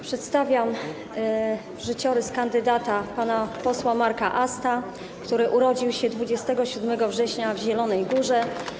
Przedstawiam życiorys kandydata pana posła Marka Asta, który urodził się 27 września w Zielonej Górze.